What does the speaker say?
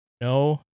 no